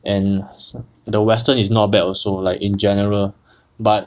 and the western is not bad also like in general but